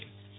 Viral Rana